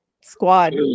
squad